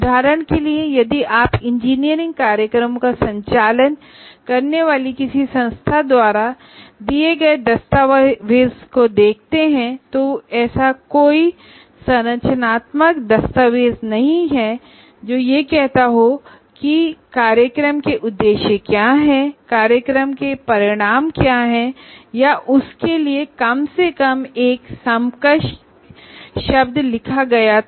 उदाहरण के लिए यदि आप इंजीनियरिंग प्रोग्राम का संचालन करने वाली किसी संस्था द्वारा दिए गए दस्तावेज़ देखते हैं तो ऐसा कोई संरचनात्मक दस्तावेज़ नहीं है जो यह कहता हो कि प्रोग्राम के ऑब्जेक्टिव्स या आउटकम क्या हैं या उसके लिए कम से कम एक समकक्ष शब्द लिखा गया था